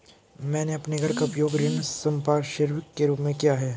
मैंने अपने घर का उपयोग ऋण संपार्श्विक के रूप में किया है